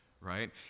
right